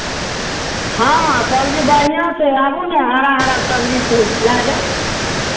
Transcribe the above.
हँ सबजी बढ़िआँ छै आबू ने हरा हरा सबजी छै लए जाउ